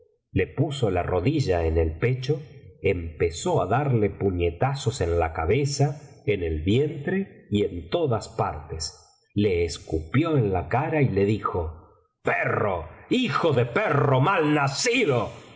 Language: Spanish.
le puso la rodilla en el pecho empezó á darle puñetazos en la cabeza en el vientre y en todas partes le escupió en la cara y p le dijo perro hijo de perro mal nacido